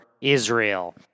Israel